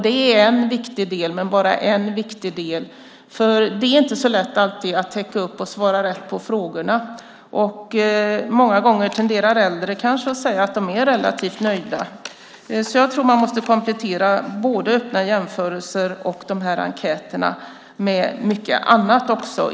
Det är bara en viktig del. Det är inte alltid så lätt att svara rätt på frågorna. Många gånger tenderar kanske äldre att säga att de relativt nöjda. Jag tror att man måste komplettera öppna jämförelser och de här enkäterna med mycket annat också.